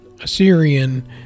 Assyrian